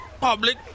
public